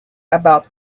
about